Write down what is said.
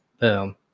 Boom